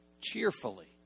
cheerfully